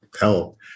help